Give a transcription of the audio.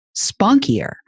spunkier